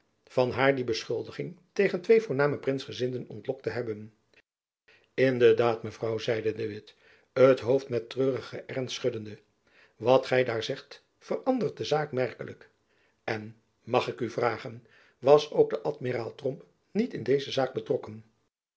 van haar die beschuldiging tegen twee voorname prinsgezinden ontlokt te hebben in de daad mevrouw zeide de witt het hoofd met treurige ernst schuddende wat gy daar zegt verandert de zaak merkelijk en mag ik u vragen was ook de amiraal tromp niet in deze zaak betrokken